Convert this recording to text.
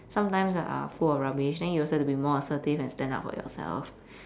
sometimes are full of rubbish then you also have to be more assertive and stand up for yourself